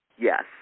yes